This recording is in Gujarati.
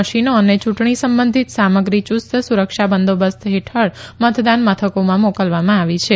મશીનો અને ચૂંટણી સંબંધિત સામગ્રી યુસ્ત સુરક્ષા બંદોબસ્ત હેઠળ મતદાન મથકોમાં મોકલવામાં આવી છે